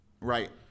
right